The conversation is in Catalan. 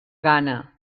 gana